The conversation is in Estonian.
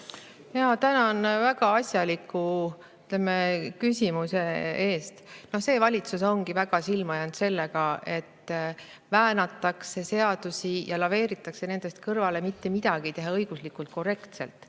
Tänan väga asjaliku küsimuse eest! See valitsus ongi väga silma jäänud sellega, et väänatakse seadusi ja laveeritakse nendest kõrvale, mitte midagi ei tehta õiguslikult korrektselt.